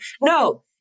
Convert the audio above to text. No